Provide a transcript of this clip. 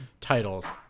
titles